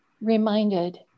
reminded